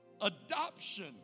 adoption